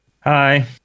Hi